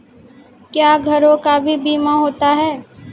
क्या घरों का भी बीमा होता हैं?